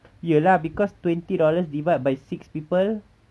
ya lah because twenty dollars divide by six people